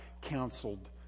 counseled